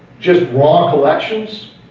just raw collections,